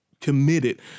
committed